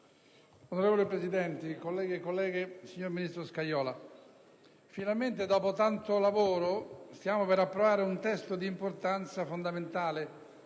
Onorevole Presidente, colleghe e colleghi, signor ministro Scajola, finalmente, dopo tanto lavoro, stiamo per approvare un testo di importanza fondamentale,